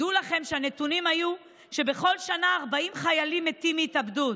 דעו לכם שהנתונים היו שבכל שנה 40 חיילים מתים מהתאבדות,